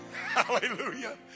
hallelujah